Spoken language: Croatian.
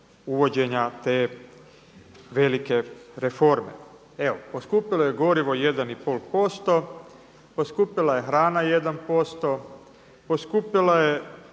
uvođenja te velike reforme. Poskupilo je gorivo 1,5%, poskupila je hrana 1%, poskupila je